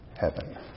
heaven